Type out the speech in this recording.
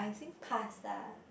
pasta